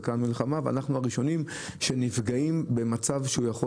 וכן מלחמה ואנחנו הראשונים שנפגעים במצב שהוא יכול